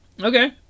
Okay